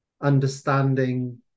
understanding